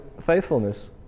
faithfulness